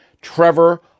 Trevor